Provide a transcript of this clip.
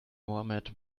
mohammad